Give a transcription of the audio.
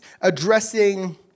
addressing